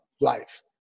life